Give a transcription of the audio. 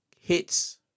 hits